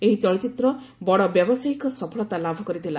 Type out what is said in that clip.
ଏହି ଚଳଚ୍ଚିତ୍ର ବଡ଼ ବ୍ୟବସାୟୀକ ସଫଳତା ଲାଭ କରିଥିଲା